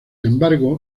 embargo